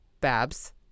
Babs